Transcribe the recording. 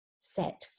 set